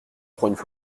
prends